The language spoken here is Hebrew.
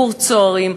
קורס צוערים,